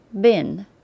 bin